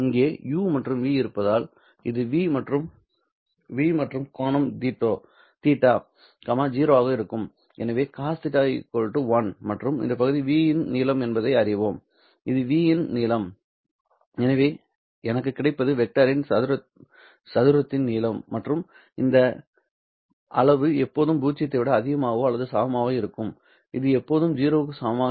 இங்கே 'u மற்றும் 'v இருப்பதால் அது 'v மற்றும் 'v மற்றும் கோணம் θ 0 ஆக இருக்கும் எனவே Cos θ 1 மற்றும் இந்த பகுதி 'v இன் நீளம் என்பதை நாம் அறிவோம் இது 'v இன் நீளம் எனவே எனக்கு கிடைப்பது வெக்டரின் சதுரத்தின் நீளம் மற்றும் இந்த அளவு எப்போதும் பூஜ்ஜியத்தை விட அதிகமாகவோ அல்லது சமமாகவோ இருக்கும் இது எப்போது 0 க்கு சமமாக இருக்கும்